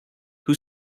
who